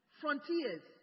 frontiers